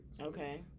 Okay